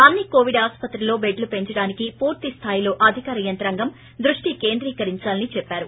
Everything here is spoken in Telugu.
అన్ని కోవిడ్ ఆసుపత్రుల్లో బెడ్లు పెంచడానికి పూర్తి స్లాయిలో అధికార యంత్రాంగం దృష్టి కేంద్రీ కరించాలని చెప్పారు